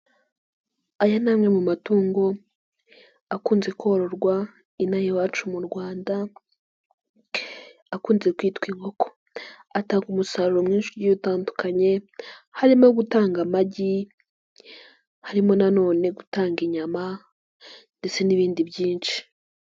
Aya ni amwe mu matungo akunze kororwa ino aha iwacu mu rwanda akunze kwitwa inkoko. Atanga umusaruro mwinshi ugiye utandukanye, harimo gutanga amagi, harimo nanone gutanga inyama, ndetse n'ibindi byinshi.